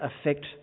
affect